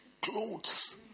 clothes